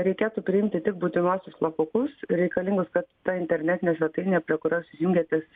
reikėtų priimti tik būtinuosius slapukus reikalingus kad ta internetinė svetainė prie kurios jūs jungiatės